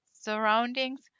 surroundings